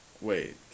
Wait